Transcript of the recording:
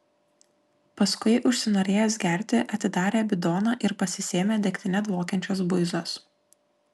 paskui užsinorėjęs gerti atidarė bidoną ir pasisėmė degtine dvokiančios buizos